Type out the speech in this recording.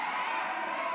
להעביר